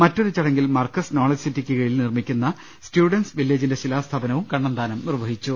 മറ്റൊരു ചടങ്ങിൽ മർകസ് നോളജ് സിറ്റിക്ക് കീഴിൽ നിർമ്മിക്കുന്ന സ്റ്റുഡന്റ്സ് വില്ലേജിന്റെ ശിലാ സ്ഥാപനവും കണ്ണന്താനം നിർവ്വഹിച്ചു